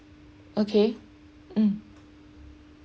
okay mm